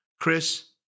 Chris